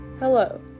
Hello